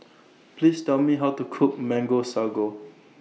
Please Tell Me How to Cook Mango Sago